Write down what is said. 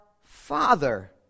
father